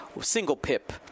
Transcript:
single-pip